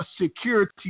security